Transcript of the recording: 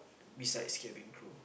besides cabin crew